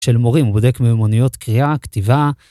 של מורים, הוא בודק ממוניות קריאה, כתיבה.